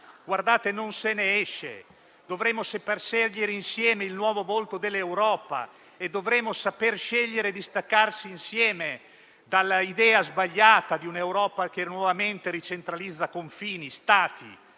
Colleghi, non se ne esce. Dovremo saper scegliere insieme il nuovo volto dell'Europa e dovremo saper scegliere di staccarci insieme dall'idea sbagliata di un'Europa che nuovamente ricentralizza confini e Stati.